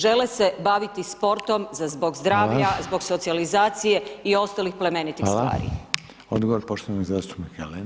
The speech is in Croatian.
Žele se baviti sportom zbog zdravlja [[Upadica: Hvala.]] zbog socijalizacije i ostalih plemenitih stvari.